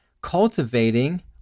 cultivating